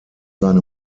seine